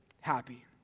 happy